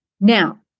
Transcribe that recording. now